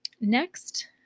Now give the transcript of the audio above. next